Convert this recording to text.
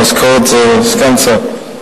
המשכורת, זה סגן שר.